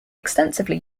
extensively